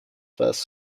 first